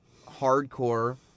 hardcore